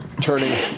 Turning